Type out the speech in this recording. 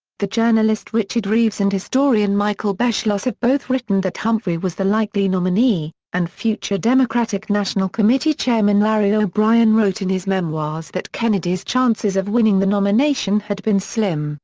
the journalist richard reeves and historian michael beschloss have both written that humphrey was the likely nominee, and future democratic national committee chairman larry o'brien wrote in his memoirs that kennedy's chances of winning the nomination had been slim,